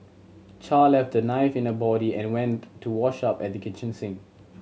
Char left the knife in her body and went to wash up at the kitchen sink